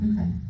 Okay